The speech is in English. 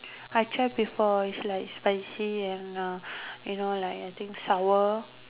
I try before it's like spicy and uh you know like I think sour